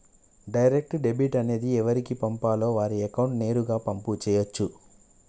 direct debit అనేది ఎవరికి పంపాలో వారి అకౌంట్ నేరుగా పంపు చేయచ్చు